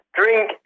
drink